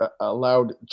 Allowed